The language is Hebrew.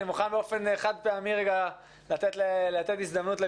מוכן באופן חד-פעמי לתת לו הזדמנות.